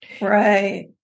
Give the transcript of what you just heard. right